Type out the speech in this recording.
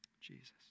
Jesus